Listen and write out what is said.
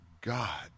God